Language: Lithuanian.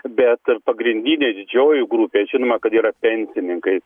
bet ir pagrindinė didžioji grupė žinoma kad yra pensininkai